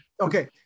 Okay